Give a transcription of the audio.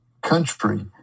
country